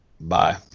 bye